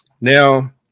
now